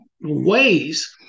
ways